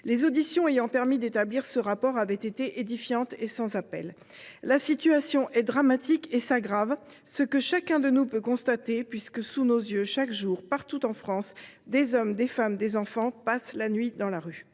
Les auditions ayant permis d’établir ce texte avaient été édifiantes et sans appel. La situation décrite est dramatique et s’aggrave, ce que chacun de nous peut constater puisque, sous nos yeux, chaque jour, partout en France, des hommes, des femmes et des enfants passent la nuit dans la rue.